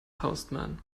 postman